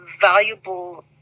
valuable